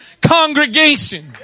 congregation